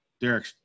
Derek